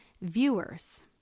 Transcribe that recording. viewers